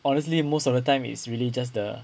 honestly most of the time it's really just the